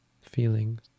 feelings